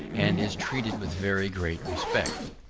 and is treated with very great respect.